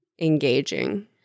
engaging